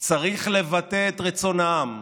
צריך לבטא את רצון העם,